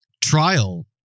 trial